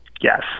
yes